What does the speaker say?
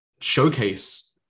showcase